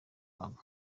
babo